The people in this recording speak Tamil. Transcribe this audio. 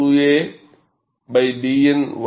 Y ஆக்ஸிஸ் 𝛅 K உள்ளது